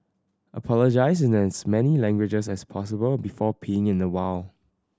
apologise in as many languages as possible before peeing in the wild